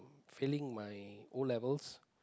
failing my O-levels